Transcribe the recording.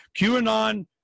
QAnon